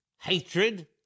hatred